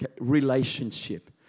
Relationship